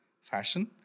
fashion